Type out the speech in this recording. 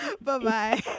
Bye-bye